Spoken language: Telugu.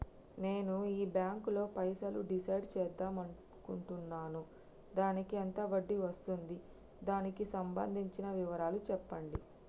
నేను ఈ బ్యాంకులో పైసలు డిసైడ్ చేద్దాం అనుకుంటున్నాను దానికి ఎంత వడ్డీ వస్తుంది దానికి సంబంధించిన వివరాలు చెప్పండి?